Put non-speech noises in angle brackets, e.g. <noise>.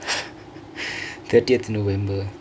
<laughs> thirtieth november